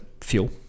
fuel